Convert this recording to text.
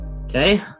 Okay